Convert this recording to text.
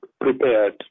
prepared